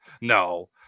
No